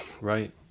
Right